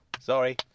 Sorry